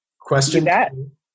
Question